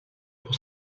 pour